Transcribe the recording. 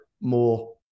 more